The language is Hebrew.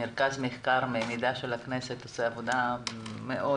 מרכז המחקר והמידע של הכנסת עושה עבודה מאוד